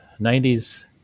90s